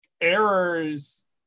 errors